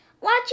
Watch